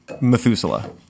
Methuselah